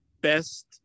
best